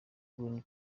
green